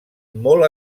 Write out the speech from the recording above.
molt